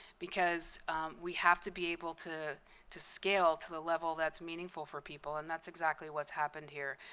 because we have to be able to to scale to the level that's meaningful for people. and that's exactly what's happened here.